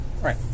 Right